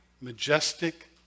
majestic